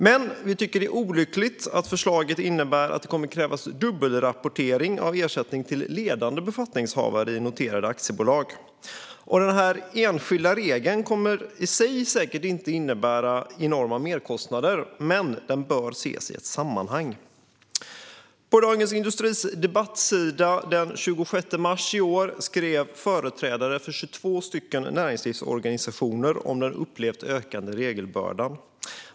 Men vi tycker att det är olyckligt att förslaget innebär att det kommer att krävas dubbelrapportering av ersättning till ledande befattningshavare i noterade aktiebolag. Denna enskilda regel kommer säkert inte i sig att innebära enorma merkostnader, men den bör ses i ett sammanhang. På Dagens industris debattsida den 26 mars i år skrev företrädare för 22 näringslivsorganisationer om den upplevt ökande regelbördan.